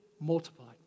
multiplied